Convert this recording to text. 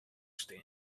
stean